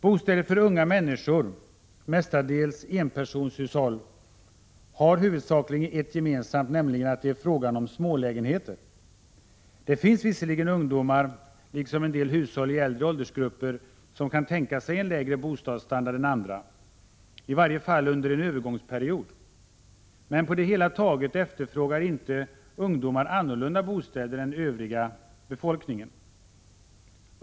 Bostäder för unga människor — mestadels enpersonshushåll — har huvudsakligen ett gemensamt, nämligen att det är frågan om smålägenheter. Det finns visserligen ungdomar — liksom en del hushåll i äldre åldersgrupper — som kan tänka sig en lägre bostadsstandard än andra, i varje fall under en övergångsperiod. Men på det hela taget efterfrågar inte ungdomar annorlunda bostäder än den övriga befolkningen.